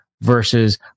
versus